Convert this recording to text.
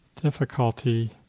difficulty